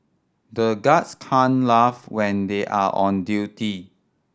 the guards can't laugh when they are on duty